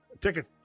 ticket